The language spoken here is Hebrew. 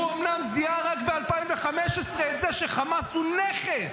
הוא אומנם זיהה רק ב-2015 את זה שחמאס הוא נכס,